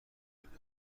بیرون